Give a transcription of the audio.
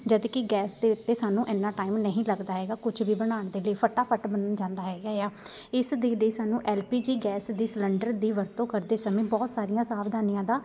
ਜਦੋਂ ਕਿ ਗੈਸ ਦੇ ਉੱਤੇ ਸਾਨੂੰ ਇੰਨਾ ਟਾਈਮ ਨਹੀਂ ਲੱਗਦਾ ਹੈਗਾ ਕੁਛ ਵੀ ਬਣਾਉਣ ਦੇ ਲਈ ਫਟਾਫਟ ਬਣ ਜਾਂਦਾ ਹੈਗਾ ਆ ਇਸ ਦੀ ਦੇ ਸਾਨੂੰ ਐਲ ਪੀ ਜੀ ਗੈਸ ਦੀ ਸਿਲੰਡਰ ਦੀ ਵਰਤੋਂ ਕਰਦੇ ਸਮੇਂ ਬਹੁਤ ਸਾਰੀਆਂ ਸਾਵਧਾਨੀਆਂ ਦਾ